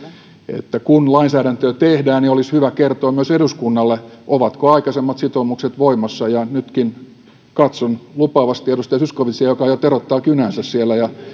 kun lainsäädäntöä tehdään olisi hyvä kertoa myös eduskunnalle ovatko aikaisemmat sitoumukset voimassa nytkin katson lupaavasti edustaja zyskowiczia joka jo teroittaa kynäänsä siellä ja